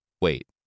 Wait